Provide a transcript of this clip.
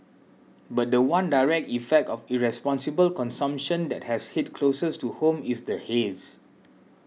but the one direct effect of irresponsible consumption that has hit closest to home is the haze